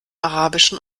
arabischen